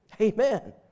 Amen